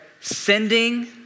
sending